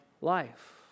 life